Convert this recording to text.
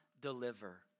deliver